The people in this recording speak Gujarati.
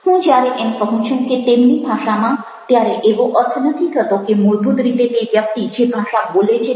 હું જ્યારે એમ કહું છું કે તેમની ભાષામાં ત્યારે એવો અર્થ નથી થતો કે મૂળભૂત રીતે તે વ્યક્તિ જે ભાષા બોલે છે તે